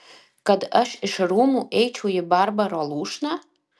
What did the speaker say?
kad aš iš rūmų eičiau į barbaro lūšną